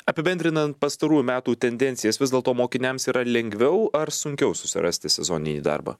apibendrinant pastarųjų metų tendencijas vis dėlto mokiniams yra lengviau ar sunkiau susirasti sezoninį darbą